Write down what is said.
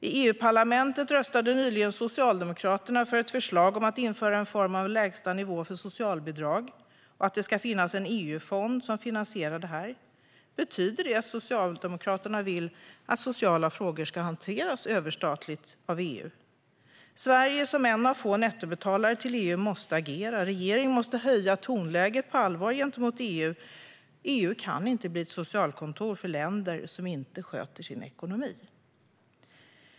I EU-parlamentet röstade Socialdemokraterna nyligen för ett förslag om att införa en form av lägsta nivå för socialbidrag och att det ska finnas en EU-fond som finansierar detta. Betyder det att Socialdemokraterna nu vill att sociala frågor ska hanteras överstatligt av EU? Sverige som en av få nettobetalare till EU måste agera. Regeringen måste höja tonläget på allvar gentemot EU. EU kan inte bli ett socialkontor för länder som inte sköter sin ekonomi.